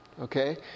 Okay